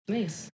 Nice